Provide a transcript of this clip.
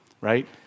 right